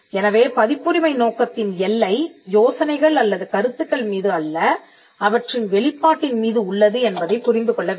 எனவே பதிப்புரிமை நோக்கத்தின் எல்லை யோசனைகள் அல்லது கருத்துக்கள் மீது அல்ல அவற்றின் வெளிப்பாட்டின் மீது உள்ளது என்பதைப் புரிந்து கொள்ள வேண்டும்